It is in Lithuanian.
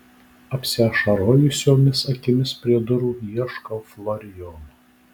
apsiašarojusiomis akimis prie durų ieškau florijono